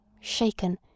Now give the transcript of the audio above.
shaken